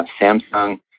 Samsung